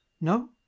no